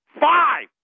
five